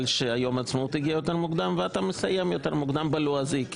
שיום העצמאות הגיע יותר מוקדם; ואתה מסיים יותר מוקדם בלועזי,